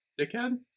Dickhead